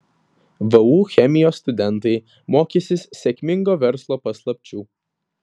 vu chemijos studentai mokysis sėkmingo verslo paslapčių